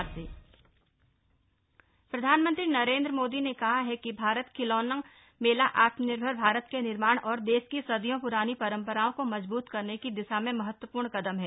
खिलौना मेला प्रधानमंत्री नरेन्द्र मोदी ने कहा है कि भारत खिलौना मेला आत्मनिर्भर भारत के निर्माण और देश की सदियों प्रानी परंपराओं को मजबूत करने की दिशा में महत्वपूर्ण कदम है